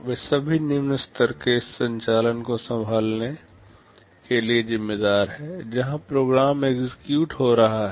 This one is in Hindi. वे सभी निम्न स्तर के संचालन को संभालने के लिए जिम्मेदार हैं जब प्रोग्राम एक्ज़िक्युट हो रहा है